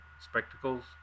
spectacles